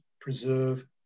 preserve